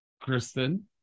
Kristen